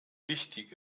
wichtig